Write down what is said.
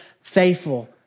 faithful